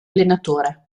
allenatore